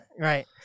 Right